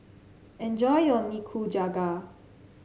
enjoy your Nikujaga